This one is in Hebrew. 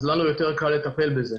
אז לנו יותר קל לטפל בזה.